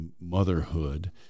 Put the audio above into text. motherhood